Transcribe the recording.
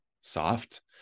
soft